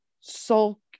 sulk